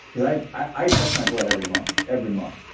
because i i test my blood every month, every month.